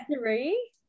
Three